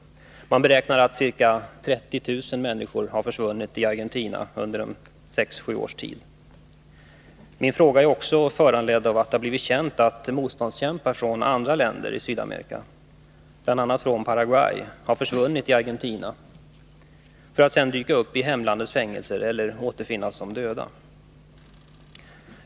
Man beräknar att det under en tid av sex sju år har försvunnit ca 30 000 människor i Argentina. 2 Min fråga är också föranledd av att det har blivit känt att motståndskämpar från andra länder i Sydamerika, bl.a. från Paraguay, har försvunnit i Argentina för att sedan dyka upp i hemlandets fängelser eller återfinnas döda.